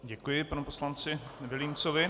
Děkuji panu poslanci Vilímcovi.